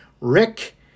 Rick